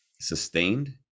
sustained